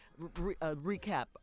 recap